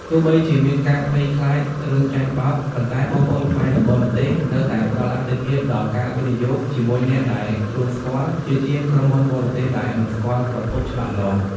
ទោះបីជាមានការភ័យខ្លាចរឿងចាញ់បោក ប៉ុន្តែបងប្អូនខ្មែរនៅបរទេសនៅតែផ្ដល់អាទិភាពដល់ "ការវិនិយោគជាមួយអ្នកដែលខ្លួនស្គាល់" ជាជាងក្រុមហ៊ុនបរទេសដែលមិនស្គាល់ប្រភពច្បាស់លាស់។